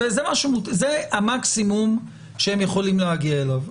זה המקסימום שהם יכולים להגיע אליו.